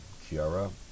Kiara